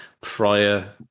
prior